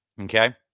okay